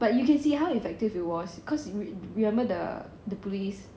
but you can see how effective it was cause remember the police